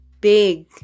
big